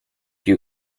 you